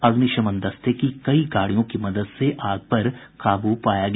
अग्निशमन दस्ते की कई गाड़ियों की मदद से आग पा काबू पाया गया